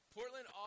Portland